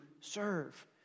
serve